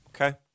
Okay